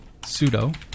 sudo